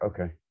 okay